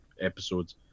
episodes